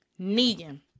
Negan